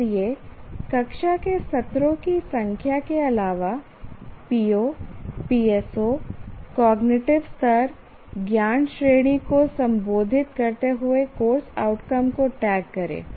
इसलिए कक्षा के सत्रों की संख्या के अलावा PO PSO कॉग्निटिव स्तर ज्ञान श्रेणी को संबोधित करते हुए कोर्स आउटकम को टैग करें